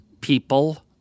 people